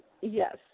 Yes